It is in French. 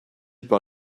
par